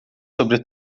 sobre